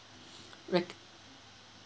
rec~